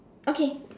okay